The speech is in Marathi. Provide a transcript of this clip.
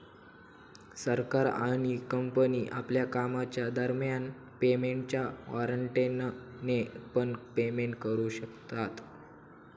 सरकार आणि कंपनी आपल्या कामाच्या दरम्यान पेमेंटच्या वॉरेंटने पण पेमेंट करू शकता